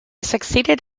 succeeded